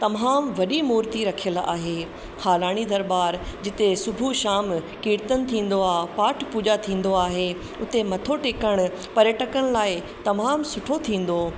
तमामु वॾी मुर्ती रखियलु आहे हालाणी दरबारु जिते सुबुहु शाम कीर्तन थींदो आहे पाठ पूॼा थींदो आहे उथे मथो टेकणु पर्यटकनि लाइ तमामु सुठो थींदो